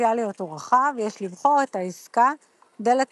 הפוטנציאליות הוא רחב – יש לבחור את העסקה דלת